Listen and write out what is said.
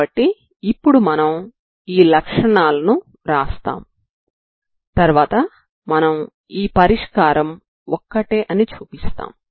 కాబట్టి ఇప్పుడు మనం ఈ లక్షణాలను వ్రాస్తాము తర్వాత మనం ఈ పరిష్కారం ఒక్కటే అని చూపిస్తాము